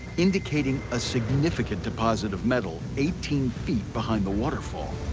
indicating a significant deposit of metal eighteen feet behind the waterfall,